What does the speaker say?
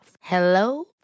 Hello